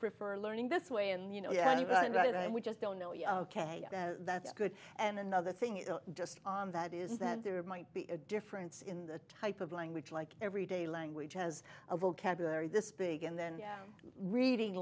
prefer learning this way and you know we just don't know yet that's good and another thing is just on that is that there might be a difference in the type of language like everyday language has a vocabulary this big and then reading